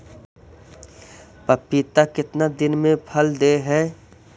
पपीता कितना दिन मे फल दे हय?